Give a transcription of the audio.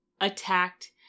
attacked